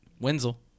Wenzel